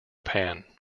pan